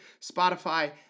spotify